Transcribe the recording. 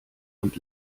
und